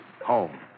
Home